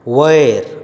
वयर